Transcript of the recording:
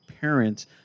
parents